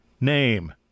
name